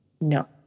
No